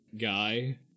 guy